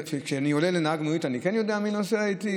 וכשאני עולה עם נהג מונית אני כן יודע מי נוסע איתי?